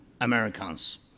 americans